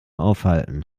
aufhalten